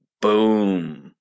Boom